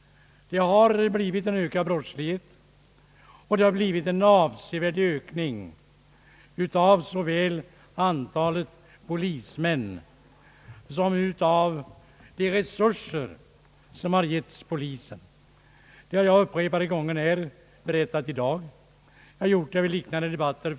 Det har blivit en ökad brottslighet, men vi har också fått en avsevärd ökning av såväl antalet polismän som av polisens tekniska resurser. Det har jag berättat upprepade gånger i dag, och det har jag gjort förut under liknande debatter.